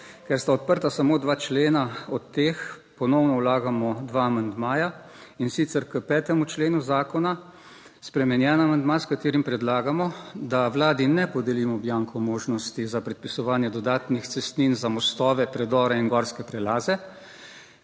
Ker sta odprta samo dva člena, od teh ponovno vlagamo dva amandmaja, in sicer k 5. členu zakona spremenjen amandma, s katerim predlagamo, da Vladi ne podelimo bianko možnosti za predpisovanje dodatnih cestnin za mostove, predore in gorske prelaze.